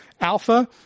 alpha